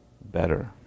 better